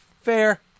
fair